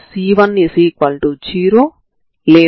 కాబట్టి ఈ 00 మీ పరిష్కారం అవుతుంది